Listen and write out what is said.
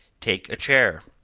take a chair.